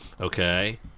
okay